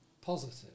positive